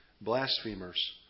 blasphemers